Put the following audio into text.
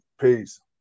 Peace